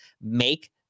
make